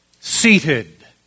seated